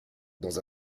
dans